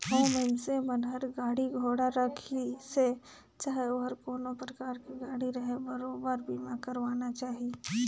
अउ मइनसे मन हर गाड़ी घोड़ा राखिसे चाहे ओहर कोनो परकार के गाड़ी रहें बरोबर बीमा करवाना चाही